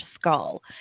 skull